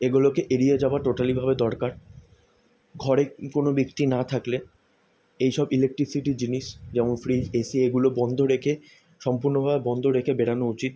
এগুলোকে এড়িয়ে যাওয়া টোটালিভাবে দরকার ঘরে কোনো ব্যক্তি না থাকলে এইসব ইলেকট্রিসিটির জিনিস যেমন ফ্রিজ এসি এগুলো বন্ধ রেখে সম্পূর্ণভাবে বন্ধ রেখে বেরানো উচিৎ